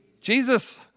Jesus